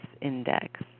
index